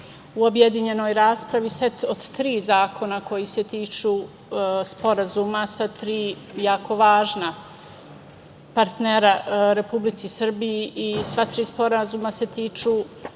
u objedinjenoj raspravi set od tri zakona koji se tiču sporazuma sa tri jako važna partnera Republici Srbiji i sva tri sporazuma se tiču